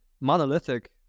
monolithic